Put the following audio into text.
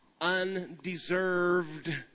Undeserved